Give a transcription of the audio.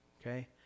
okay